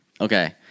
okay